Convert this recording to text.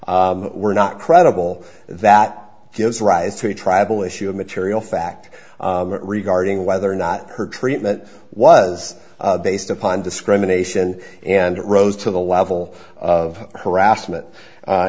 were not credible that gives rise to a tribal issue of material fact regarding whether or not her treatment was based upon discrimination and it rose to the level of harassment